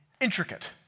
intricate